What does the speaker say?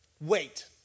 wait